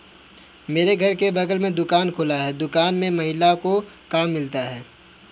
मेरे घर के बगल में दुकान खुला है दुकान में महिलाओं को काम मिलता है